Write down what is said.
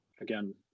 again